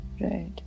Right